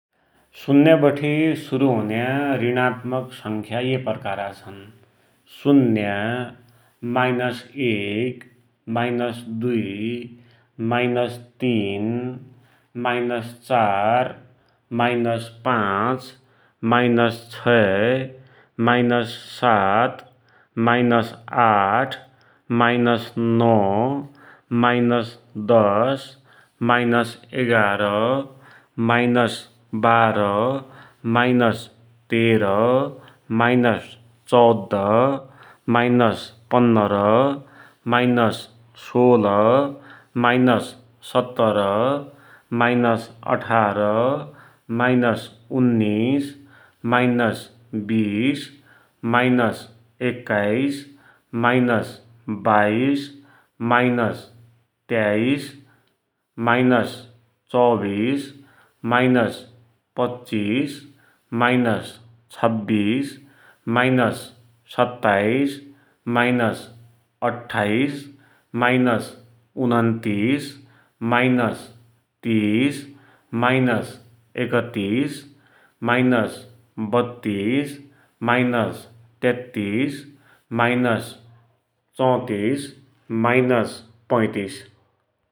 शून्याबठे सुरु हुन्या रिणात्मक संख्या एइ प्रकारका छन्ः शून्या, माइनस एक, माइनस दुइ, माइनस तीन, माइनस चार, माइनस पाचँ, माइनस छै, माइनस सात, माइनस आठ, माइनस नौ, माइनस दश, माइनस एघार, माइनस बाह्र, माइनस तेर, माइनस चौध, माइनस पन्नर, माइनस सोह्र, माइनस सत्तर, माइनस अठार, माइनस उन्नीस, माइनस बीस, माइनस एक्काइस, माइनस बाइस, माइनस त्याइस, माइनस चौबिस, माइनस पच्चिस, माइनस छब्बिस, माइनस सत्ताइस, माइनस अठ्ठाइस, माइनस उनन्तिस, माइनस तीस, माइनस एकत्तिस, माइनस बत्तिस, माइनस तेत्तिस, माइनस चौतिस, माइनस पैतिस ।